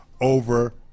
over